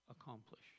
Accomplish